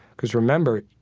because remember,